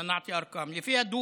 (אומר בערבית: אנחנו רוצים לתת מספרים:) לפי דוח